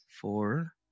four